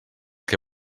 que